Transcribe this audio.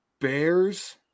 Bears